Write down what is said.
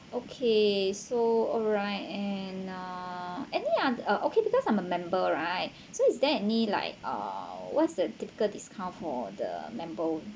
okay so alright and uh any an~ uh okay because I'm a member right so is there any like uh what's the typical discount for the member